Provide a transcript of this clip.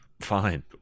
fine